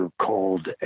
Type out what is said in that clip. called